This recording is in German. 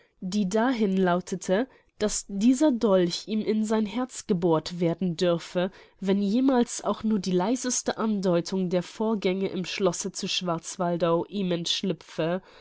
die dahin lautete daß dieser dolch ihm in sein herz gebohrt werden dürfe wenn jemals auch nur die leiseste andeutung der vorgänge im schlosse zu schwarzwaldau ihm entschlüpfe